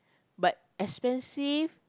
but expensive